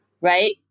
right